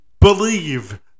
believe